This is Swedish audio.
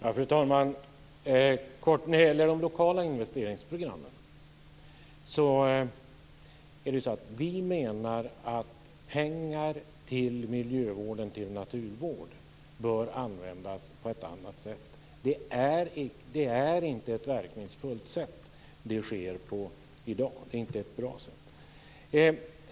Fru talman! Jag skall kortfattat säga något om de lokala investeringsprogrammen. Vi menar att pengarna till miljövården och naturvården bör användas på ett annat sätt. Det sker i dag inte på ett verkningsfullt och bra sätt.